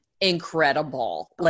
incredible